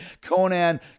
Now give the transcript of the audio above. Conan